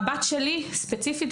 הבת שלי ספציפית,